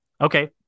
Okay